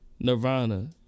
Nirvana